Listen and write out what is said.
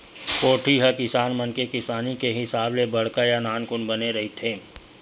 कोठी ह किसान मन के किसानी के हिसाब ले बड़का या नानकुन बने रहिथे